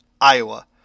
Iowa